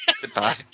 Goodbye